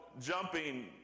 jumping